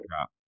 drop